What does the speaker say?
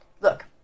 look